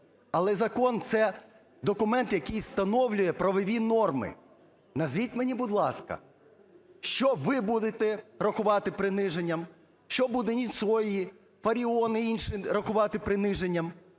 Але закон – це документ, який встановлює правові норми. Назвіть мені, будь ласка, що ви будете рахувати приниженням, що будуть Ніцої, Фаріони і інші рахувати приниженням?